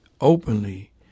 openly